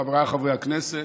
חבריי חברי הכנסת,